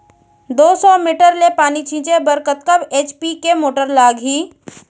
दो सौ मीटर ले पानी छिंचे बर कतका एच.पी के मोटर लागही?